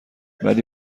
ولی